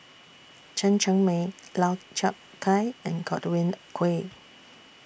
Chen Cheng Mei Lau Chiap Khai and Godwin Koay